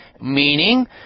Meaning